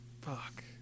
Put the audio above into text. Fuck